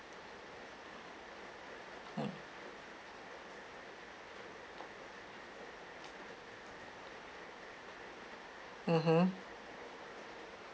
mmhmm